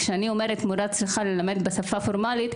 כשאני אומרת שהמורה ללמד בשפה הפורמלית,